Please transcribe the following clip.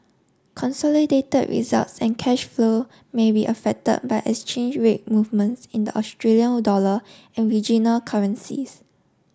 consolidated results and cash flow may be affected by exchange rate movements in the Australian dollar and regional currencies